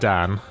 Dan